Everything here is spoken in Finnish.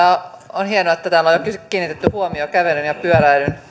on hienoa että täällä on jo kiinnitetty huomiota kävelyn ja pyöräilyn